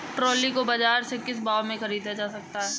Trolley को बाजार से किस भाव में ख़रीदा जा सकता है?